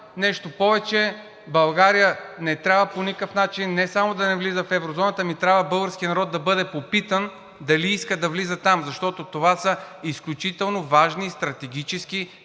Нещо повече, България не трябва по никакъв начин не само да влиза в еврозоната, а трябва българският народ да бъде попитан дали иска да влиза там, защото това са изключително важни и стратегически